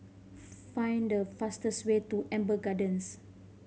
find the fastest way to Amber Gardens